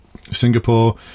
Singapore